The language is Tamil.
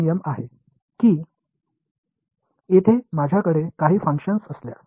மேலும் இது எனது இடைவெளி a comma b இந்தபின்னர் என்ன கூறுகிறது